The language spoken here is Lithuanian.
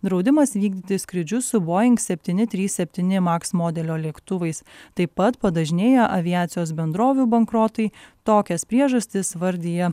draudimas vykdyti skrydžius su boing septyni trys septyni maka modelio lėktuvais taip pat padažnėję aviacijos bendrovių bankrotai tokias priežastis vardija